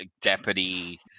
deputy